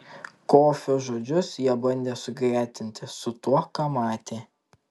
kofio žodžius jie bandė sugretinti su tuo ką matė